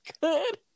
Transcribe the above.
good